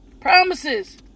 Promises